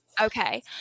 Okay